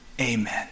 Amen